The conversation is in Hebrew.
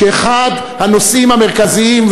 שאחד הנושאים המרכזיים,